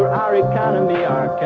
our economy, our